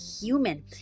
human